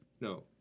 No